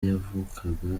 yavukaga